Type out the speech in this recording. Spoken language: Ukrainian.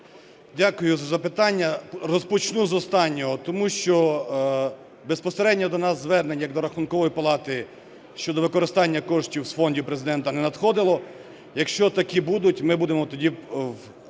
Дякую за запитання. Розпочну з останнього. Тому що безпосередньо до нас звернення як до Рахункової палати щодо використання коштів з фондів Президента не надходило. Якщо такі будуть, ми будемо тоді вкладати